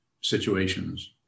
situations